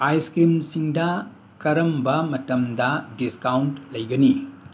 ice ꯀ꯭ꯔꯤꯝꯁꯤꯡꯗ ꯀꯔꯝꯕ ꯃꯇꯝꯗ ꯗꯤꯁꯀꯥꯎꯟꯠ ꯂꯩꯒꯅꯤ